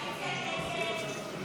ההסתייגות לא התקבלה.